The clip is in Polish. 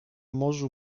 morzu